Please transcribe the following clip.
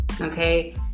Okay